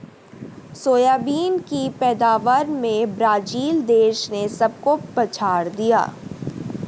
soybean की पैदावार में ब्राजील देश ने सबको पछाड़ दिया